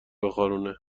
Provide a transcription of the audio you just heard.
بخارونه